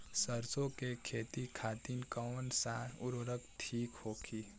सरसो के खेती खातीन कवन सा उर्वरक थिक होखी?